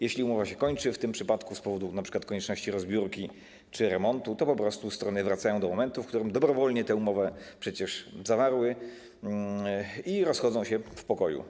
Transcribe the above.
Jeśli umowa się kończy, w tym przypadku z powodu np. konieczności rozbiórki czy remontu, to po prostu strony wracają do momentu, w którym dobrowolnie przecież tę umowę zawarły, i rozchodzą się w pokoju.